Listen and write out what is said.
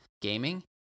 gaming